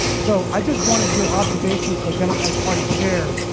so i just wanted your observations, so democratic party chair,